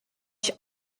ich